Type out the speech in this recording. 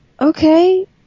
okay